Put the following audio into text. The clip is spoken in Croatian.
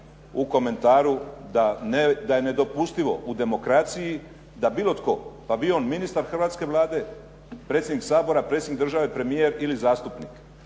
u komentaru da je nedopustivo u demokraciji da bilo tko pa bio on ministar hrvatske Vlade, predsjednik Sabora, predsjednik države, premijer ili zastupnik